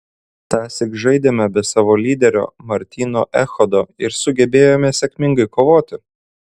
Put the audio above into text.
tąsyk žaidėme be savo lyderio martyno echodo ir sugebėjome sėkmingai kovoti